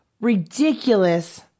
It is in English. ridiculous